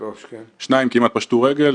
שתיים כמעט פשטו רגל